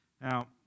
Now